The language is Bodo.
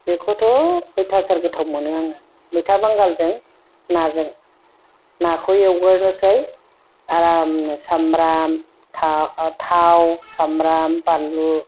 बेखौथ' अयथासार गोथाव मोनो आङो मैथा बांगालजों नाजों नाखौ एवगोरनोसै आरामनो सामब्राम थाव सामब्राम बानलु